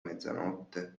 mezzanotte